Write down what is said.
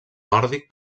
nòrdic